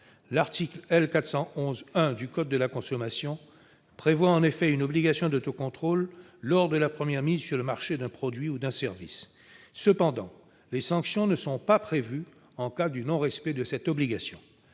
L'article L. 411-1 du code de la consommation prévoit en effet une obligation d'autocontrôle lors de la première mise sur le marché d'un produit ou d'un service. Cependant, aucune sanction n'est prévue en cas de non-respect de cette obligation.